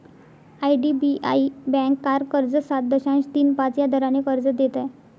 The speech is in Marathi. आई.डी.बी.आई बँक कार कर्ज सात दशांश तीन पाच या दराने कर्ज देत आहे